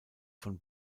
von